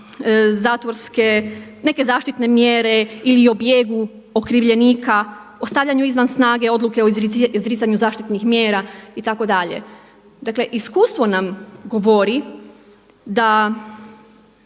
zatvorske, neke zaštitne mjere ili o bijegu okrivljenika, o stavljanju izvan snage odluke o izricanju zaštitnih mjera itd. Dakle iskustvo nam govori da